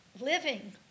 living